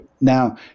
Now